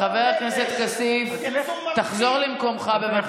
חבר הכנסת כסיף, תחזור למקומך, בבקשה.